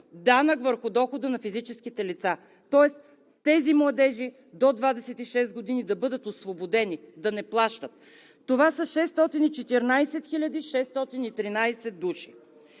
данък върху дохода на физическите лица, тоест тези младежи до 26 години да бъдат освободени да не плащат. Това са 614 613 души;